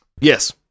Yes